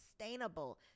sustainable